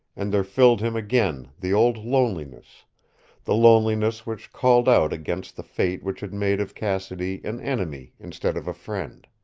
and there filled him again the old loneliness the loneliness which called out against the fate which had made of cassidy an enemy instead of a friend.